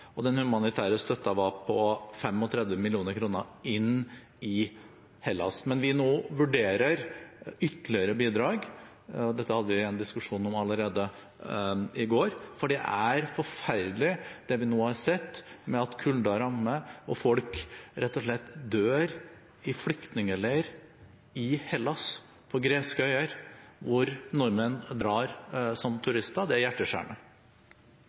og den humanitære støtten var på 35 mill. kr inn i Hellas. Men vi vurderer nå ytterligere bidrag – dette hadde vi en diskusjon om allerede i går – for det er forferdelig det vi nå har sett, at kulden rammer og folk rett og slett dør i flyktningleirer i Hellas, på greske øyer, hvor nordmenn drar som turister. Det er